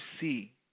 see